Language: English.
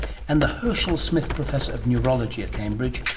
and the herchel smith professor of neurology at cambridge,